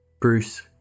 Bruce